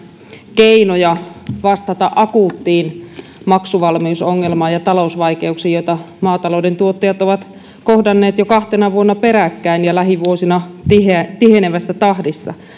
keinoja vastata akuuttiin maksuvalmiusongelmaan ja talousvaikeuksiin joita maatalouden tuottajat ovat kohdanneet jo kahtena vuonna peräkkäin ja lähivuosina tihenevässä tihenevässä tahdissa